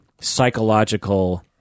psychological